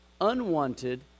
unwanted